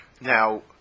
Now